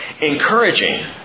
encouraging